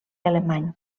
alemany